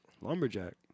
lumberjack